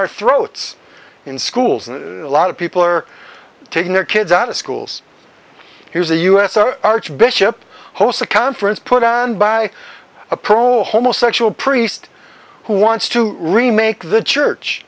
our throats in schools and a lot of people are taking their kids out of schools here's a us archbishop hosts a conference put on by a promo homosexual priest who wants to remake the church